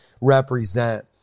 represent